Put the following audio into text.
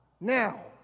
now